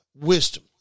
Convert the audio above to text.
wisdom